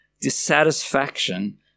dissatisfaction